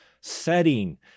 setting